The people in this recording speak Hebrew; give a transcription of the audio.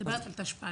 את מדברת על התשפ"א.